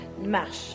marche